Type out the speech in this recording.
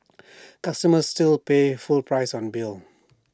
customers still pays full price on bill